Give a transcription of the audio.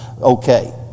okay